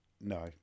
No